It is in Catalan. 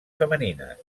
femenines